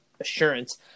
assurance